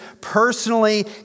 personally